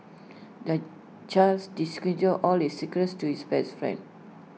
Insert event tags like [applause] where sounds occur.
the child [unintelligible] all his secrets to his best friend